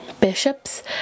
Bishops